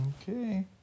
Okay